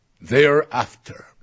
thereafter